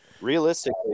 realistically